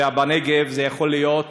ובנגב זה יכול להיות,